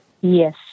Yes